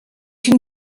une